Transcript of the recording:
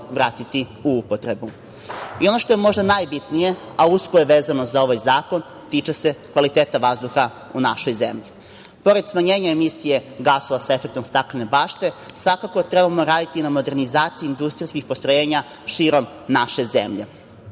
vratiti u upotrebu. Ono što je možda najbitnije a usko je vezano za ovaj zakon, tiče se kvaliteta vazduha u našoj zemlji. Pored smanjenja emisije gasova sa efektom staklene bašte, svakako da trebamo raditi na modernizaciji industrijskih postrojenja širom naše zemlje.